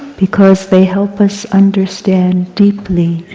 because they help us understand deeply